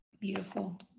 Beautiful